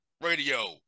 radio